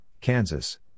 Kansas